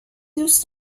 دوست